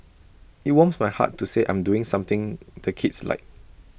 IT warms my heart to say I'm doing something the kids like